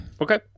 Okay